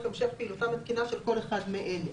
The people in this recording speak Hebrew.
המשך פעילותם התקינה של כל אחד מאלה: